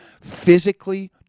physically